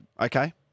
Okay